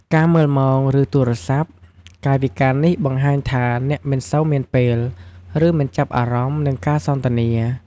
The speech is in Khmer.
ការមើលម៉ោង ឬទូរស័ព្ទ កាយវិការនេះបង្ហាញថាអ្នកមិនសូវមានពេល ឬមិនចាប់អារម្មណ៍នឹងការសន្ទនា។